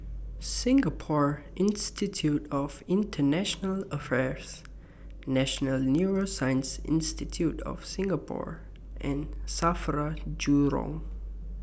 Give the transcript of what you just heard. Singapore Institute of International Affairs National Neuroscience Institute of Singapore and SAFRA Jurong